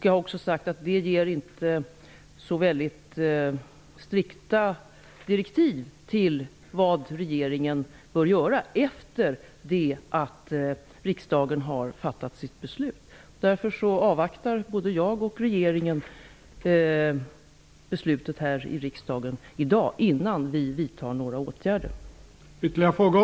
Jag har också sagt att det här inte ger så väldigt strikta direktiv om vad regeringen bör göra efter det att riksdagen har fattat sitt beslut. Därför avvaktar både jag och regeringen beslutet här i riksdagen i dag innan vi vidtar åtgärder.